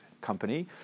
company